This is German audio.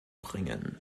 bringen